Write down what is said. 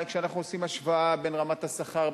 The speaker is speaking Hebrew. כשאנחנו עושים השוואה בין רמת השכר,